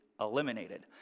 eliminated